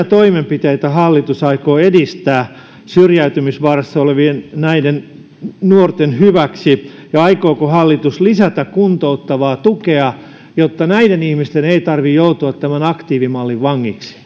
toimenpiteitä hallitus aikoo edistää näiden syrjäytymisvaarassa olevien nuorten hyväksi ja aikooko hallitus lisätä kuntouttavaa tukea jotta näiden ihmisten ei tarvitse joutua tämän aktiivimallin vangiksi